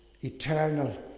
eternal